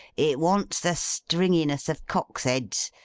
it wants the stringiness of cocks' heads.